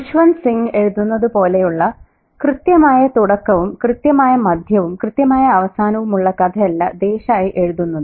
ഖുശ്വന്ത് സിംഗ് എഴുതുന്നത് പോലെയുള്ള കൃത്യമായ തുടക്കവും കൃത്യമായ മധ്യവും കൃത്യമായ അവസാനവുമുള്ള കഥയല്ല ദേശായി എഴുതുന്നത്